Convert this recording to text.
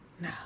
no